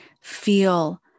feel